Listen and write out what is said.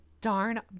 darn